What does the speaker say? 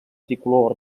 tricolor